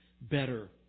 better